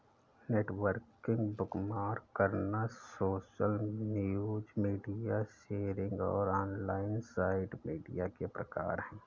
networking, bookmark करना, social news, media sharing और online site media के प्रकार हैं